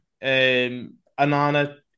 Anana